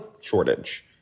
shortage